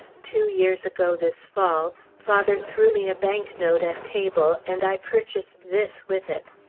two years ago this fall, father threw me a banknote at table, and i purchased this with it.